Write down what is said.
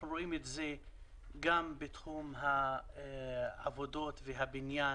אנחנו רואים את זה גם בתחום העבודות והבניין,